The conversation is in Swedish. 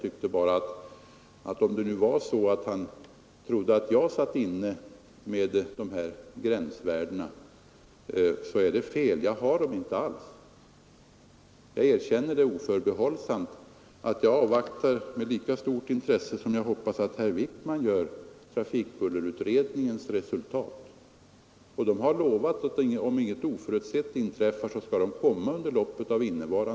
Men om han trodde att jag satt inne med uppgift om gränsvärdena är det fel! Jag har inte alls kännedom om dem. Jag erkänner oförbehållsamt att jag avvaktar trafikbullerutredningens resultat med lika stort intresse som jag hoppas att herr Wijkman gör. Den har lovat att den skall lägga fram sitt betänkande under loppet av innevarande år, om inget oförutsett inträffar.